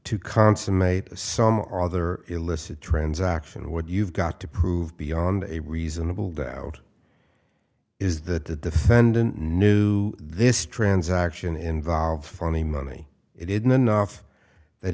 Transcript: to consummate some other illicit transaction what you've got to prove beyond a reasonable doubt is that the defendant knew this transaction involved funny money it isn't enough that